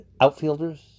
outfielders